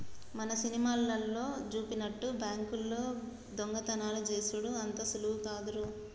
మన సినిమాలల్లో జూపినట్టు బాంకుల్లో దొంగతనాలు జేసెడు అంత సులువు లేదురో